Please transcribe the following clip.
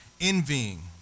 Envying